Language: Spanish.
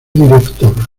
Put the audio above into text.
director